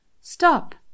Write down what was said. Stop